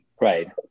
Right